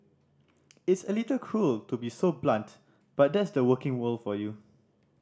it's a little cruel to be so blunt but that's the working world for you